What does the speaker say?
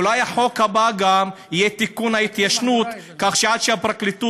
אולי החוק הבא גם יהיה תיקון ההתיישנות כך שעד שהפרקליטות